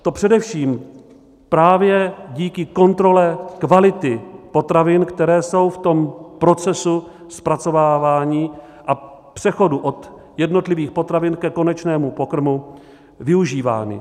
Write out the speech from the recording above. To především právě díky kontrole kvality potravin, které jsou v procesu zpracovávání a přechodu od jednotlivých potravin ke konečnému pokrmu využívány.